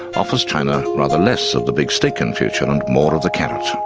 offers china rather less of the big stick in future and more of the carrot.